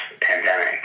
pandemic